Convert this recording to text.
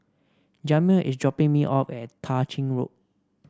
Jamil is dropping me off at Tah Ching Road